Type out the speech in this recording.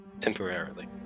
Temporarily